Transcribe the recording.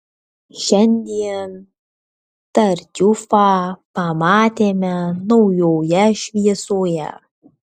šiandien tartiufą pamatėme naujoje šviesoje